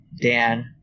Dan